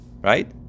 right